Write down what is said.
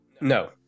No